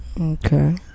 Okay